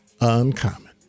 uncommon